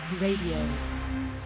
Radio